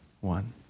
One